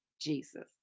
Jesus